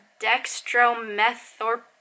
dextromethorphan